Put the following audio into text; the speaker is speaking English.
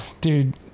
dude